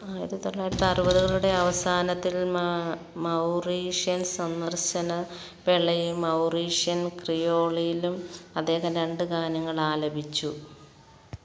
ആയിരത്തി തൊള്ളായിരത്തി അറുപതുകളുടെ അവസാനത്തിൽ മ മൗറീഷ്യസ് സന്ദർശന വേളയിൽ മൗറീഷ്യൻ ക്രിയോളിലും അദ്ദേഹം രണ്ട് ഗാനങ്ങൾ ആലപിച്ചു